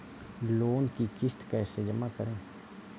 Loan की किश्त कैसे जमा करें?